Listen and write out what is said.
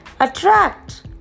attract